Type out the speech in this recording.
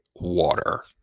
Water